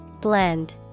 Blend